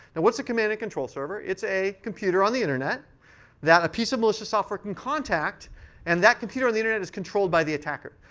and what's a command and control server? it's a computer on the internet that a piece of malicious software can contact and that computer and the internet is controlled by the attacker.